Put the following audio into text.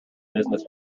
business